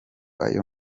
ayo